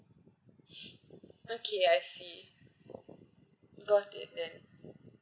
okay I see got it then